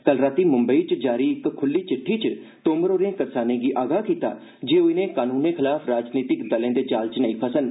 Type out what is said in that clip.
कल रातीं मुम्बई च जारी इक खुली चिट्ठी च तोमर होरें करसानें गी आग्रह किता जे कि ओ इनें कनूनें खलाफ राजनीतिक दलें दे जाल च नेई फसन